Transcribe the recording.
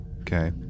okay